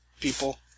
people